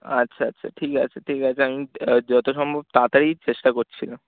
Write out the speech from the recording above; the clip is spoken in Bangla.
আচ্ছা আচ্ছা ঠিক আছে ঠিক আছে আমি যত সম্ভব তাড়াতাড়িই চেষ্টা করছিলাম